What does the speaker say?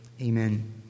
Amen